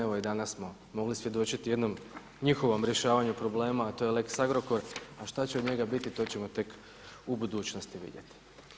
Evo i danas smo mogli svjedočiti jednom njihovom rješavanju problema, a to je lex Agrokor, a šta će od njega biti, to ćemo tek u budućnosti vidjeti.